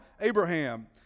Abraham